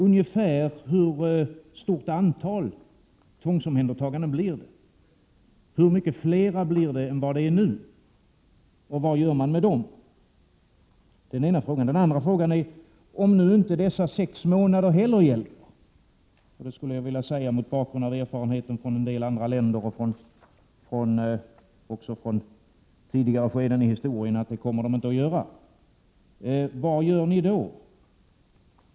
Ungefär hur stort antal tvångsomhändertaganden blir det? Hur många fler omhändertaganden än i dag blir det, och vad gör man med de omhändertagna? Om nu inte heller dessa sex månader hjälper, vad gör ni då? Mot bakgrund av erfarenheter från en del andra länder och från tidigare skeden i historien skulle jag vilja säga att de inte kommer att hjälpa.